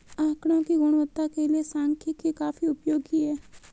आकड़ों की गुणवत्ता के लिए सांख्यिकी काफी उपयोगी है